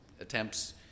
attempts